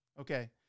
Okay